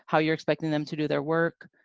how you're expecting them to do their work,